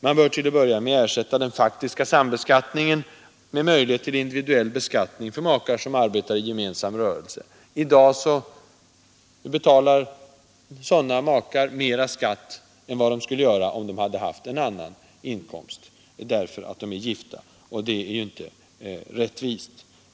Man bör till att börja med ersätta den faktiska sambeskattningen med möjlighet till individuell beskattning för makar som arbetar i gemensam rörelse, I dag betalar sådana makar därför att de är gifta mer skatt än vad de skulle ha gjort, om de hade haft en annan inkomstkälla. Det är inte rättvist.